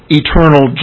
eternal